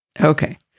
Okay